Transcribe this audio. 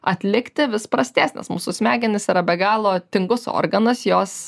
atlikti vis prastės nes mūsų smegenys yra begalo tingus organas jos